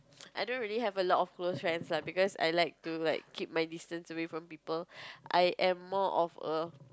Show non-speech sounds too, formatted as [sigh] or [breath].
[noise] I don't really have a lot of close friends lah because I like to like keep my distance away from people [breath] I am more of a